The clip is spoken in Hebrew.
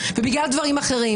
אז לבטל אותו לאלתר.